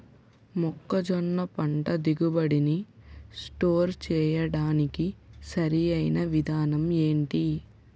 మొక్కజొన్న పంట దిగుబడి నీ స్టోర్ చేయడానికి సరియైన విధానం ఎంటి?